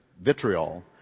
vitriol